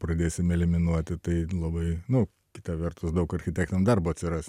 pradėsim eliminuoti tai labai nu kita vertus daug architektam darbo atsiras